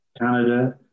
Canada